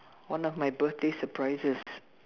one of my birthday surprises